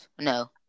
no